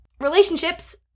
relationships